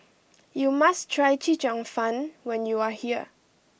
you must try Chee Cheong Fun when you are here